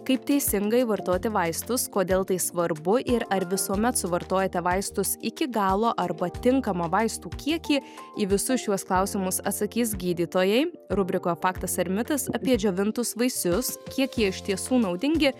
kaip teisingai vartoti vaistus kodėl tai svarbu ir ar visuomet suvartojate vaistus iki galo arba tinkamą vaistų kiekį į visus šiuos klausimus atsakys gydytojai rubrikoje faktas ar mitas apie džiovintus vaisius kiek jie iš tiesų naudingi